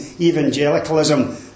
evangelicalism